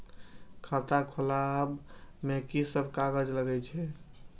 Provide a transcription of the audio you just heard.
खाता खोलाअब में की सब कागज लगे छै?